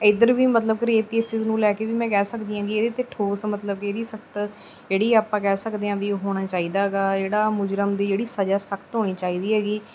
ਇੱਧਰ ਵੀ ਮਤਲਬ ਰੇਪ ਕੇਸਿਸ ਨੂੰ ਲੈ ਕੇ ਵੀ ਮੈਂ ਕਹਿ ਸਕਦੀ ਹੈਗੀ ਇਹਦੇ 'ਤੇ ਠੋਸ ਮਤਲਬ ਕਿ ਇਹਦੀ ਸੱਤਰ ਜਿਹੜੀ ਆਪਾਂ ਕਹਿ ਸਕਦੇ ਹਾਂ ਵੀ ਹੋਣਾ ਚਾਹੀਦਾ ਹੈਗਾ ਇਹ ਜਿਹੜਾ ਆਹ ਮੁਜਰਮ ਦੀ ਜਿਹੜੀ ਸਜ਼ਾ ਸਖਤ ਹੋਣੀ ਚਾਹੀਦੀ ਹੈਗੀ